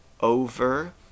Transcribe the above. over